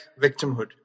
Victimhood